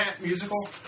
musical